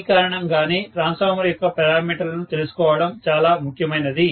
ఈ కారణంగానే ట్రాన్స్ఫార్మర్ యొక్క పారామీటర్ లను తెలుసుకోవడం చాల ముఖ్యమైనది